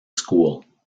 school